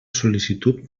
sol·licitud